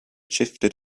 shifted